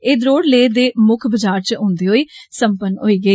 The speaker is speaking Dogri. एह् द्रोड़ लेह् दे मुक्ख बजार च हुन्दे होए सम्पन्न होई गेई